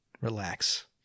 Relax